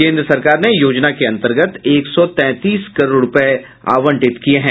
केंद्र सरकार ने योजना के अंतर्गत एक सौ तैंतीस करोड़ रूपया आवंटित किया है